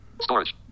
Storage